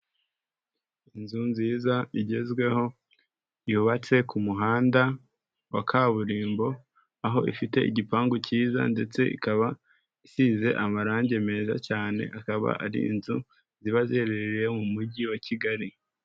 Inzu nziza igezweho yubatse ku muhanda wa kaburimbo aho ifite igipangu cyiza ndetse ikaba isize amarangi meza cyane akaba ari inzu ziba ziherereye mu mujyi wa Kigali.